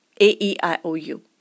a-e-i-o-u